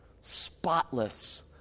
spotless